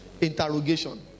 Interrogation